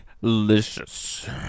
delicious